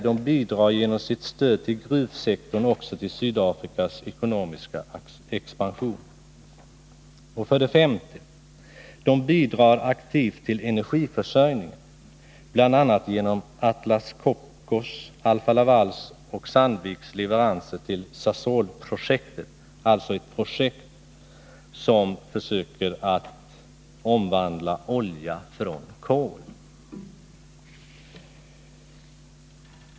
De bidrar genom sitt stöd till gruvsektorn också till Sydafrikas ekonomiska expansion. 5. De bidrar aktivt till energiförsörjningen, bl.a. genom Atlas Copcos, Alfa-Lavals och Sandviks leveranser till SASOL-projektet — ett projekt där man försöker utvinna olja ur kol.